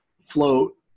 float